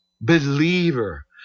believer